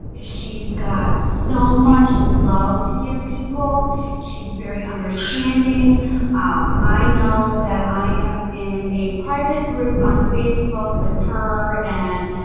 she's got so much love to give people she's very understanding i know that i am in a private group on facebook with her and